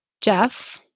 Jeff